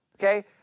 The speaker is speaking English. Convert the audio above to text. Okay